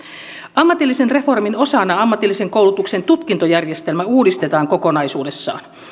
ammatillisen reformin osana ammatillisen koulutuksen tutkintojärjestelmä uudistetaan kokonaisuudessaan